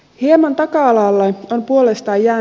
hieman taka alalle työn puolesta ja